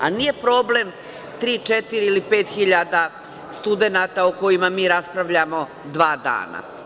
Nije problem tri, četiri ili pet hiljada studenata o kojima mi raspravljamo dva dana.